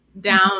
down